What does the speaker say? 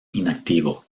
inactivo